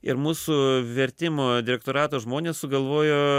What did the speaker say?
ir mūsų vertimo direktorato žmonės sugalvojo